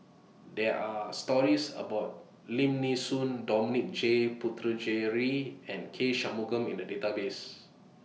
There Are stories about Lim Nee Soon Dominic J Puthucheary and K Shanmugam in The Database